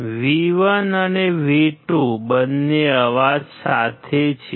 V1 અને V2 બંને અવાજ સાથે છે